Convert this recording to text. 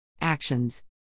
Actions